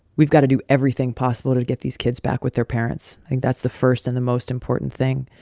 we've got to do everything possible to get these kids back with their parents. i think that's the first and the most important thing.